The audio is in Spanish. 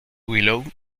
willow